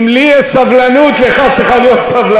אם לי יש סבלנות, לך צריכה להיות סבלנות.